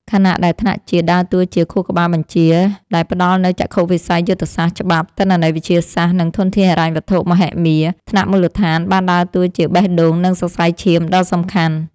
ខណៈដែលថ្នាក់ជាតិដើរតួជា ខួរក្បាលបញ្ជា ដែលផ្ដល់នូវចក្ខុវិស័យយុទ្ធសាស្ត្រ ច្បាប់ ទិន្នន័យវិទ្យាសាស្ត្រ និងធនធានហិរញ្ញវត្ថុមហិមា ថ្នាក់មូលដ្ឋានបានដើរតួជា បេះដូង និងសរសៃឈាមដ៏សំខាន់។